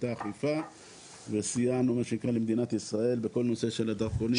האכיפה וסייענו למדינת ישראל בכל הנושא של הדרכונים.